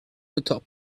atop